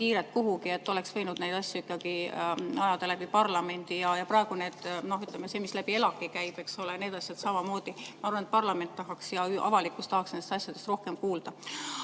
kiiret kuhugi. Oleks võinud neid asju ajada läbi parlamendi. Ja praegu, ütleme, see, mis läbi ELAK-i käib, eks ole, need asjad samamoodi. Ma arvan, et parlament ja avalikkus tahaks nendest asjadest rohkem kuulda.